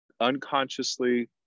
unconsciously